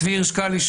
צבי הירש קלישר,